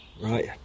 Right